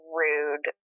rude